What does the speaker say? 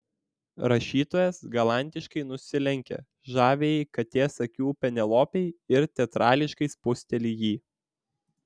rašytojas galantiškai nusilenkia žaviajai katės akių penelopei ir teatrališkai spusteli jį